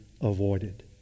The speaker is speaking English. avoided